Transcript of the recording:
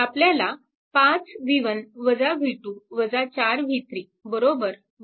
आपल्याला 5 v1 v2 4v3 1